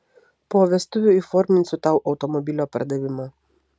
po vestuvių įforminsiu tau automobilio pardavimą